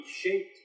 shaped